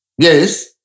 Yes